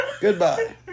goodbye